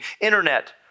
internet